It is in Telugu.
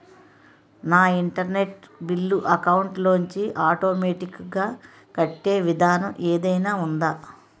నా ఇంటర్నెట్ బిల్లు అకౌంట్ లోంచి ఆటోమేటిక్ గా కట్టే విధానం ఏదైనా ఉందా?